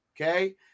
Okay